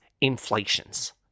inflations